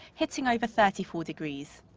hitting over thirty four degrees.